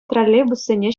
троллейбуссене